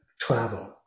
travel